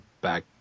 back